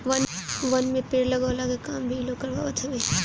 वन में पेड़ लगवला के काम भी इ लोग करवावत हवे